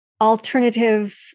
alternative